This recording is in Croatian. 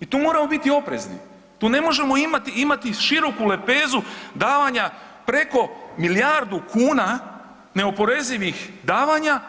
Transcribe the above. I tu moramo biti oprezni, tu ne možemo imati široku lepezu davanja preko milijardu kuna neoporezivih davanja,